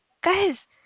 guys